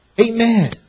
Amen